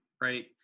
right